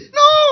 no